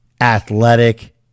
athletic